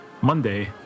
Monday